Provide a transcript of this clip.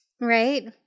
Right